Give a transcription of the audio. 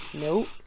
Nope